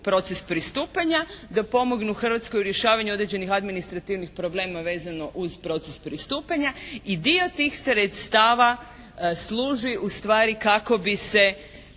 proces pristupanja, da pomognu Hrvatskoj u rješavanju određenih administrativnih problema vezano uz proces pristupanja i dio tih sredstava služi ustvari kako bi